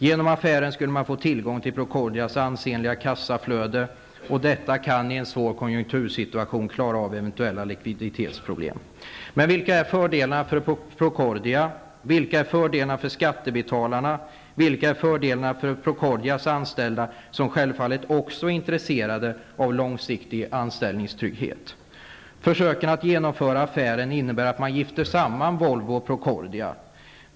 Genom affären skulle man få tillgång till Procordias ansenliga kassaflöde, och detta kan i en svår konjunktursituation klara av eventuella likviditetsproblem. Men vilka är fördelarna för Procordia? Vilka är fördelarna för skattebetalarna? Vilka är fördelarna för Procordias anställda, som självfallet också är intresserade av långsiktig anställningstrygghet? Försöken att genomföra affären innebär att man gifter samman Volvo och Procordia.